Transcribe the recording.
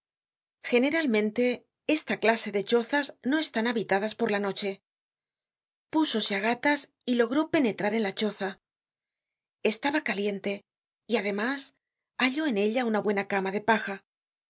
generalmente esta clase de chozas no están habitadas por la noche púsose á gatas y logró p'enetrar en la choza estaba caliente y además halló en ella una buena cama de paja